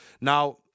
Now